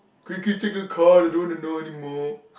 quick quick take a card I don't want to know anymore